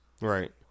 right